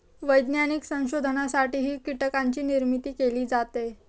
वैज्ञानिक संशोधनासाठीही कीटकांची निर्मिती केली जाते